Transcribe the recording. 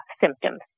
symptoms